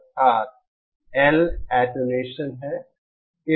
अर्थात् L attenuation है